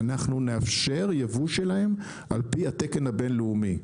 אנחנו נאפשר יבוא שלהם על פי התקן הבינלאומי.